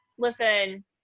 listen